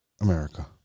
America